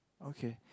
okay